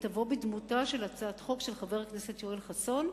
והיא תבוא בדמותה של הצעת חוק של חבר הכנסת יואל חסון,